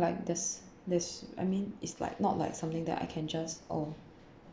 like there's there's I mean its like not like something that I can just orh